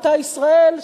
אותה ישראל,